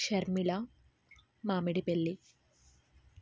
Sharmila Mamidipelli